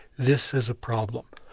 this is a problem.